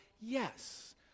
Yes